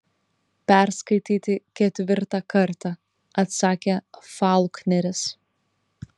perskaityti ketvirtą kartą atsakė faulkneris